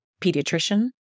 pediatrician